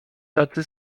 tacy